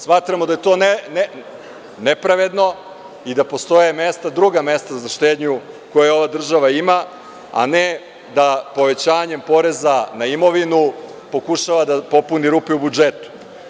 Smatramo da je to nepravedno i da postoje druga mesta za štednju koja ova država ima, a ne da povećanjem poreza na imovinu pokušava da popuni rupe u budžetu.